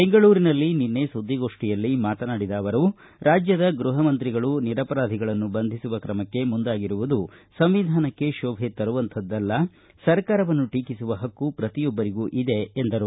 ಬೆಂಗಳೂರಿನಲ್ಲಿ ನಿನ್ನೆ ಸುದ್ದಿಗೋಷ್ಠಿಯಲ್ಲಿ ಮಾತನಾಡಿದ ಅವರು ರಾಜ್ಯದ ಗೃಪ ಮಂತ್ರಿಗಳು ನಿರಪರಾಧಿಗಳನ್ನು ಬಂಧಿಸುವ ಕ್ರಮಕ್ಕೆ ಮುಂದಾಗಿರುವುದು ಸಂವಿಧಾನಕ್ಕೆ ಶೋಭೆ ತರುವಂತಹದಲ್ಲ ಸರ್ಕಾರವನ್ನು ಟೀಕಿಸುವ ಹಕ್ಕು ಪ್ರತಿಯೊಬ್ಬರಿಗೂ ಇದೆ ಎಂದರು